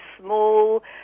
small